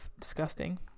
disgusting